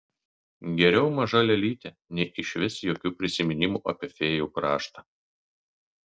geriau maža lėlytė nei išvis jokių prisiminimų apie fėjų kraštą